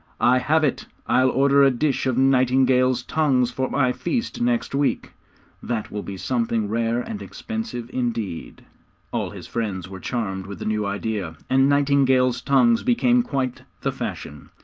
i have it. i'll order a dish of nightingales' tongues for my feast next week that will be something rare and expensive indeed all his friends were charmed with the new idea, and nightingales' tongues became quite the fashion.